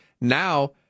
Now